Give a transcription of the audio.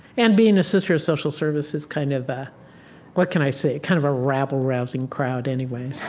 and being a sister of social service is kind of a what can i say kind of a rabble rousing crowd anyway